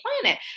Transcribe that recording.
planet